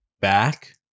back